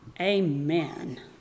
Amen